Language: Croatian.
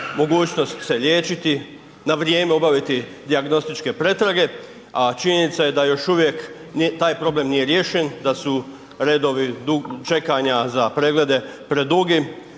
mogućnost se liječiti, na vrijeme obaviti dijagnostičke pretrage, a činjenica je da još uvijek taj problem nije riješen, da su redovi čekanja za preglede predugi,